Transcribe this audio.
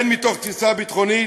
הן מתוך תפיסה ביטחונית,